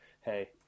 hey